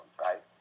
right